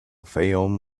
fayoum